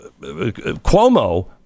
Cuomo